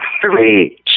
three